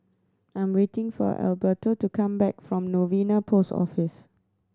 I'm waiting for Alberto to come back from Novena Post Office